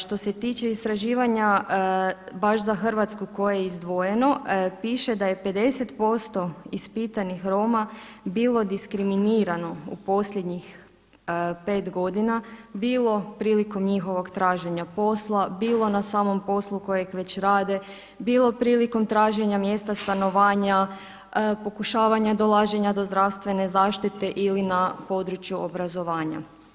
Što se tiče istraživanja baš za Hrvatsku koje je izdvojeno piše da je 50% ispitanih Roma bilo diskriminirano u posljednjih 5 godina bilo prilikom njihovog traženja posla, bilo na samom poslu kojeg već rade, bilo prilikom traženja mjesta stanovanja, pokušavanja dolaženja do zdravstvene zaštite ili na području obrazovanja.